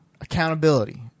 accountability